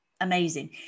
Amazing